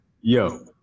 Yo